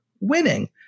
winning